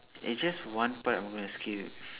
it's just one part I'm going to skip